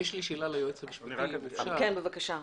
בבקשה.